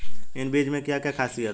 इन बीज में क्या क्या ख़ासियत है?